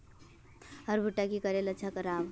हमर भुट्टा की करले अच्छा राब?